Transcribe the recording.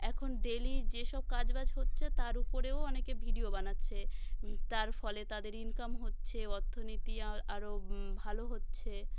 এখন ডেলি যেসব কাজ বাজ হচ্ছে তার উপরেও অনেকে ভিডিও বানাচ্ছে তার ফলে তাদের ইনকাম হচ্ছে অর্থনীতি আরও ভালো হচ্ছে